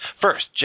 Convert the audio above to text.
First